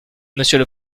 monsieur